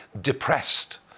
depressed